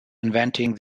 inventing